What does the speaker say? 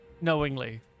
knowingly